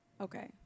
Okay